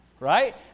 Right